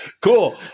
Cool